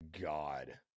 God